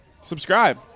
Subscribe